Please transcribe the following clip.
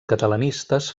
catalanistes